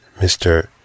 Mr